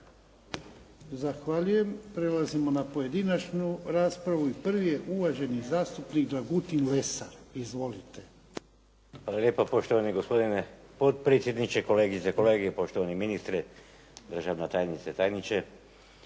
Zahvaljujem. Prelazimo na pojedinačnu raspravu. Prvi je uvaženi zastupnik Dragutin Lesar. Izvolite. **Lesar, Dragutin (Nezavisni)** Hvala lijepa. Poštovani gospodine potpredsjedniče, kolegice i kolege, poštovani ministre, državna tajnice, tajniče.